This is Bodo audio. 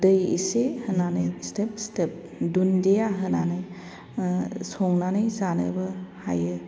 दै एसे होनानै सिदोब सिदोब दुन्दिया होनानै संनानै जानोबो हायो